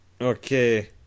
Okay